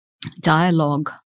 dialogue